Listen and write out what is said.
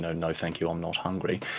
no no thank you i'm not hungry,